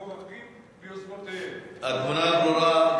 מיוזמותיהם, התמונה ברורה.